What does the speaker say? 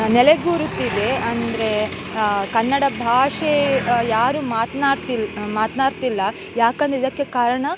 ನೆಲೆಯೂರುತ್ತಿದೆ ಅಂದರೆ ಕನ್ನಡ ಭಾಷೆ ಯಾರೂ ಮಾತನಾಡ್ತಿ ಮಾತನಾಡ್ತಿಲ್ಲ ಯಾಕೆಂದ್ರೆ ಇದಕ್ಕೆ ಕಾರಣ